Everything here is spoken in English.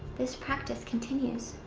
this practice continues.